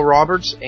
Roberts